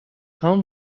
هام